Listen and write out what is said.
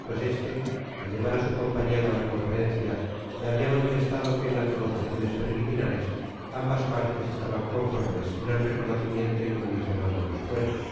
pues este al llevar a su compañero a la conferencia le había manifestado que en las negociaciones preliminares ambas partes estaban conformes en el reconocimiento incondicional de los fueros